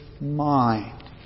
mind